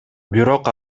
бирок